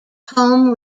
home